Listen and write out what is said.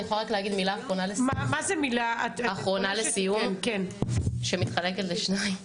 אני יכולה רק להגיד מילה אחרונה לסיום שמתחלקת לשניים?